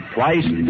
Twice